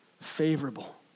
favorable